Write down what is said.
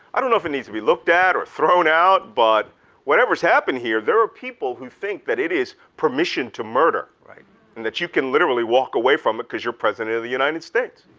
i don't know if it needs to be looked at or thrown out but whatever's happening here, there are people who think that it is permission to murder and that you can literally walk away from it cause you're president of the united states.